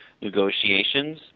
negotiations